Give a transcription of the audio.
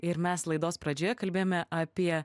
ir mes laidos pradžioje kalbėjome apie